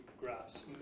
graphs